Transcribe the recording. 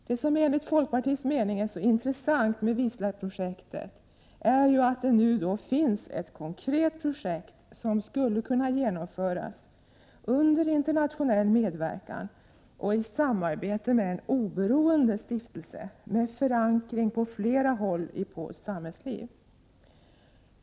Det som enligt folkpartiets mening är så intressant med Wisla-projektet är att det nu finns ett konkret projekt, som skulle kunna genomföras under internationell medverkan och i samarbete med en oberoende stiftelse med förankring på flera håll i polskt samhällsliv.